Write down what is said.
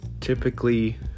typically